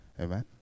Amen